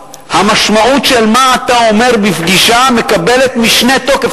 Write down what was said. המשמעות של מה אתה אומר בפגישה מקבלת משנה תוקף.